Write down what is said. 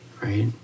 right